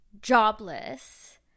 jobless